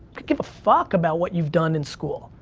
could give a fuck about what you've done in school.